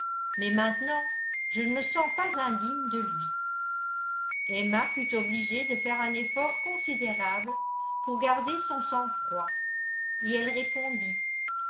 mais maintenant je ne me sens pas indigne de lui emma fut obligé de faire un effort considérable pour garder son sang-froid et elle répondit